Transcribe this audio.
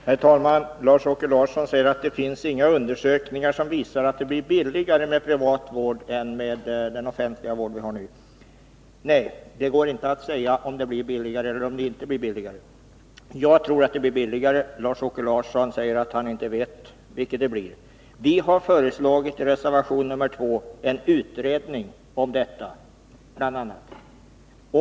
Herr talman! Lars-Åke Larsson säger att det inte finns några undersökningar som visar att det blir billigare med privat vård än med offentlig vård. Nej, det är riktigt. Men jag tror att det blir billigare, och Lars-Åke Larsson säger att man inte kan uttala sig om det. I reservation nr 2 har vi föreslagit en utredning av bl.a. detta.